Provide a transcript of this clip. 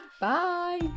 bye